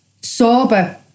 sober